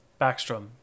backstrom